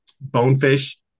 bonefish